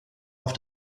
auf